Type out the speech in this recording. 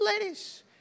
ladies